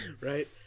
right